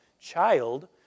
child